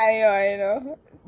I know I know